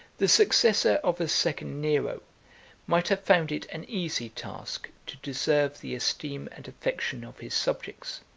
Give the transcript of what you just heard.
the successor of a second nero might have found it an easy task to deserve the esteem and affection of his subjects